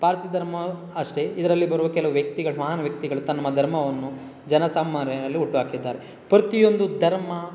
ಪಾರ್ಸಿ ಧರ್ಮ ಅಷ್ಟೇ ಇದರಲ್ಲಿ ಬರುವ ಕೆಲವು ವ್ಯಕ್ತಿಗಳು ಮಹಾನ್ ವ್ಯಕ್ತಿಗಳು ತಮ್ಮ ಧರ್ಮವನ್ನು ಜನ ಸಾಮಾನ್ಯರಲ್ಲಿ ಹುಟ್ಟು ಹಾಕಿದ್ದಾರೆ ಪ್ರತಿಯೊಂದು ಧರ್ಮ